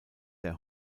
der